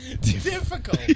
Difficult